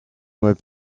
web